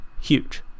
huge